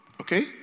Okay